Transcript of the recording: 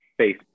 Facebook